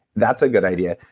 that's a good idea,